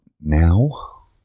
Now